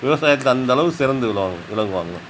விவசாயத்தில் அந்தளவுக்கு சிறந்து விளங்குவாங்க விளங்குவாங்க